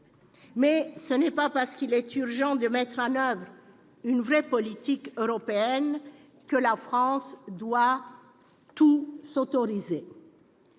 Mais ce n'est pas parce qu'il est urgent de mettre en oeuvre une vraie politique européenne que la France doit tout s'autoriser.